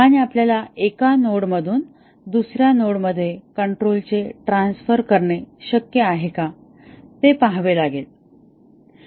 आणि आपल्याला एका नोडमधून दुसर्या नोडमध्ये कंट्रोल चे ट्रान्सफर करणे शक्य आहे का ते पहावे लागेल